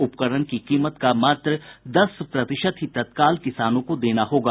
उपकरण की कीमत का मात्र दस प्रतिशत ही तत्काल किसानों को देना होगा